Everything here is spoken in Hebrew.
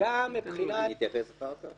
וגם מבחינת --- אני אתייחס אחר כך.